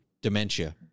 dementia